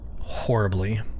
horribly